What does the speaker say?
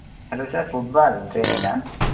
hello sir football ట్రైనింగా